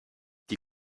die